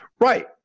Right